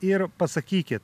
ir pasakykit